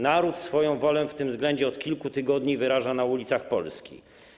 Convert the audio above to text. Naród swoją wolę w tym względzie od kilku tygodni wyraża na ulicach Polski.